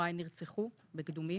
הוריי נרצחו בקדומים,